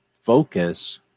focus